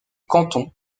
canton